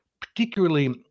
particularly